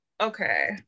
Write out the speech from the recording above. Okay